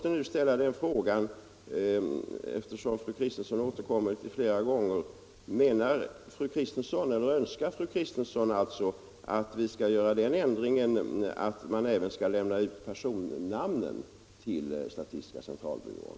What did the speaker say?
Eftersom fru Kristensson återkommer till detta flera gånger måste jag ställa frågan: Önskar fru Kristensson att vi skall göra den ändringen att man även lämnar ut personnamnen till statistiska centralbyrån?